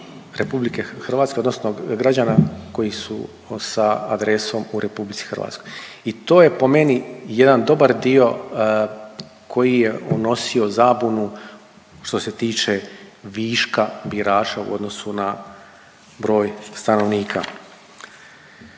birača RH, odnosno građana koji su sa adresom u RH. I to je po meni jedan dobar dio koji je unosio zabunu što se tiče viška birača u odnosu na broj stanovnika.